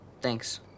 Thanks